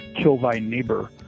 kill-thy-neighbor